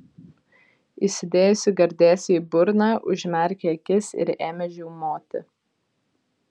įsidėjusi gardėsį į burną užmerkė akis ir ėmė žiaumoti